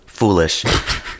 foolish